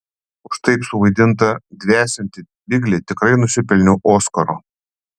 už taip suvaidintą dvesiantį biglį tikrai nusipelniau oskaro